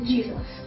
Jesus